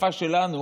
בשפה שלנו